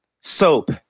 soap